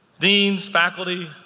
deans, faculty,